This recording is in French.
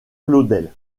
claudel